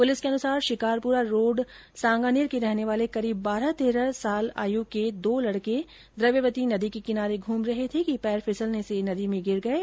police के अनुसार Shikarpura road Sanganer के रहने वाले करीब बारह तेरह वर्ष आय के दो लडके द्रव्यवती नदी के किनारे घूम रहे थे कि पैर फिसलने से नदी में गिर गये